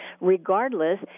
Regardless